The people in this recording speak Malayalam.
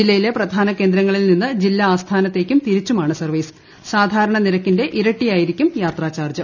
ജില്ലയിലെ പ്രധാന കേന്ദ്രങ്ങളിൽ നിന്ന് ജില്ലാ ആസ്ഥാനത്തേക്കും തിരിച്ചുമാണ് സർവ്വീസ് സാധാരണ നിരക്കിന്റെ ഇരട്ടിയായിരിക്കും യാത്രാ ചാർജ്ജ്